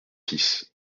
fils